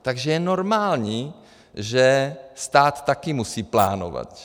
Takže je normální, že stát také musí plánovat.